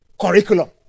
curriculum